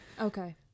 Okay